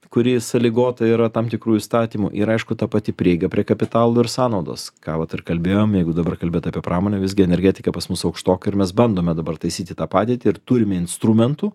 kuri sąlygota yra tam tikrų įstatymų ir aišku ta pati prieiga prie kapitalo ir sąnaudos ką vat ir kalbėjom jeigu dabar kalbėt apie pramonę visgi energetika pas mus aukštoka mes bandome dabar taisyti tą padėtį ir turime instrumentų